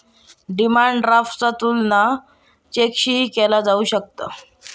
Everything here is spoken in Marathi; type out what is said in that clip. डिमांड ड्राफ्टचा तुलना चेकशीही केला जाऊ शकता